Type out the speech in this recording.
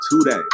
today